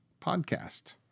podcast